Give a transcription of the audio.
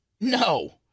no